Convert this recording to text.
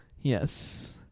Yes